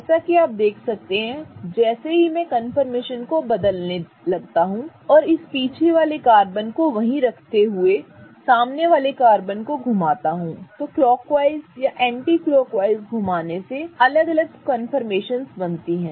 जैसा कि आप देख सकते हैं जैसा ही मैं कन्फर्मेशन को बदलनेता हूं और इस पीछे वाले कार्बन को वहीं रखते हुए सामने वाले कार्बन को घुमाता हूं तो क्लॉकवाइज या एंटीक्लॉकवाइज घुमाने से अलग अलग कन्फर्मेशनस बनती हैं